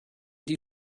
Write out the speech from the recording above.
die